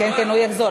כן, הוא יחזור.